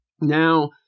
Now